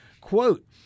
quote